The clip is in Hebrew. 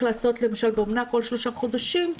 לעשות למשל באומנה כל שלושה חודשים,